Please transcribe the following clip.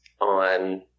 on